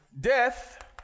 death